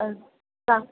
ആ സാ